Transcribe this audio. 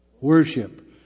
Worship